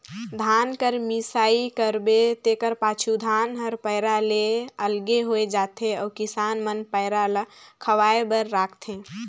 धान कर मिसाई करबे तेकर पाछू धान हर पैरा ले अलगे होए जाथे अउ किसान मन पैरा ल खवाए बर राखथें